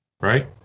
right